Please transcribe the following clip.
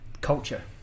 Culture